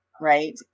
right